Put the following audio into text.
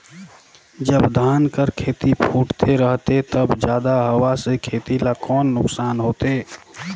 जब धान कर खेती फुटथे रहथे तब जादा हवा से खेती ला कौन नुकसान होथे?